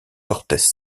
cortés